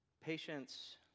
Patience